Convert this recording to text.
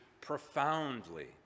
profoundly